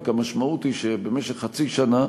רק המשמעות היא שבמשך חצי שנה